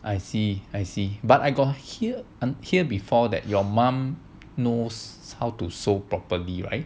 I see I see but I got hear hear before that your mum knows how to sew properly right